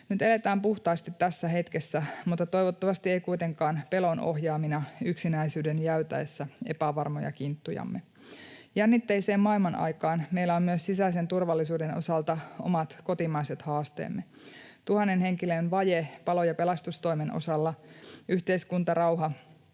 Nyt eletään puhtaasti tässä hetkessä, mutta toivottavasti ei kuitenkaan pelon ohjaamina yksinäisyyden jäytäessä epävarmoja kinttujamme. Jännitteiseen maailmanaikaan meillä on myös sisäisen turvallisuuden osalta omat kotimaiset haasteemme: Tuhannen henkilön vaje palo- ja pelastustoimen osalla. Yhteiskuntarauha